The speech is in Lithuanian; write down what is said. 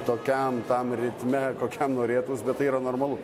tokiam tam ritme kokiam norėtųs bet tai yra normalu